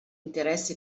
interessi